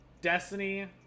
Destiny